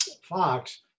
Fox